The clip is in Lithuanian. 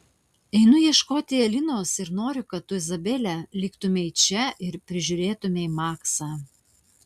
einu ieškoti alinos ir noriu kad tu izabele liktumei čia ir prižiūrėtumei maksą